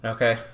Okay